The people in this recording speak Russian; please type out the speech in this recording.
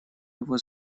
его